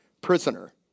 prisoner